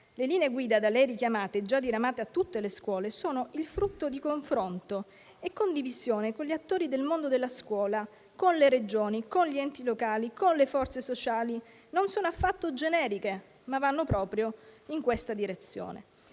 Le linee guida da lei richiamate, già diramate a tutte le scuole, sono il frutto di confronto e condivisione con gli attori del mondo della scuola, le Regioni, gli enti locali e le forze sociali: non sono affatto generiche, ma vanno proprio in questa direzione.